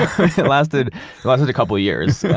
it lasted lasted a couple of years.